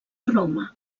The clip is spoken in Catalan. roma